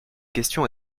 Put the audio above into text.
question